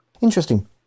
Interesting